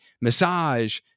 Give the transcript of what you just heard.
massage